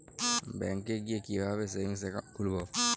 ব্যাঙ্কে গিয়ে কিভাবে সেভিংস একাউন্ট খুলব?